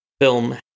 film